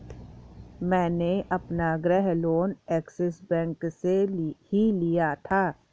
मैंने अपना गृह लोन ऐक्सिस बैंक से ही लिया था